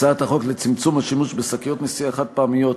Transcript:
הצעת חוק לצמצום השימוש בשקיות נשיאה חד-פעמיות,